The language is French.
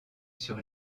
sur